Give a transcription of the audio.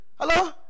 Hello